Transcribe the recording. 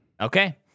Okay